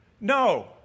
no